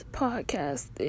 podcast